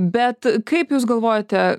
bet kaip jūs galvojate